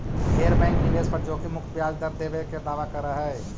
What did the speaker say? ढेर बैंक निवेश पर जोखिम मुक्त ब्याज दर देबे के दावा कर हई